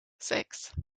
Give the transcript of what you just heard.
six